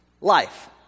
life